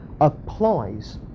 applies